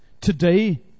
today